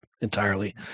entirely